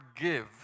give